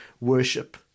worship